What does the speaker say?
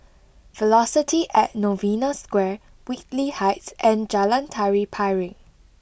Velocity at Novena Square Whitley Heights and Jalan Tari Piring